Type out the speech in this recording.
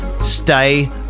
Stay